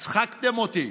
הצחקתם אותי,